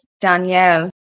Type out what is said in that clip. danielle